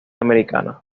americana